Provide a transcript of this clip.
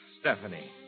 Stephanie